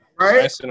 Right